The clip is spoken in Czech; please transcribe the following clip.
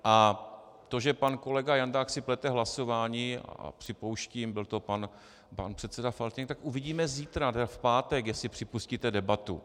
A to, že pan kolega Jandák si plete hlasování, a připouštím, byl to pan předseda Faltýnek, tak uvidíme zítra, tedy v pátek, jestli připustíte debatu.